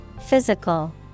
Physical